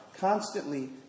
constantly